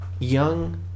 Young